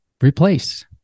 replace